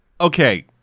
Okay